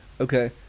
okay